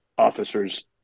officers